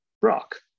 Brock